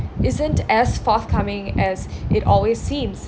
isn't as forthcoming as it always seems